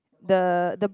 the the